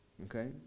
Okay